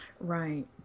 Right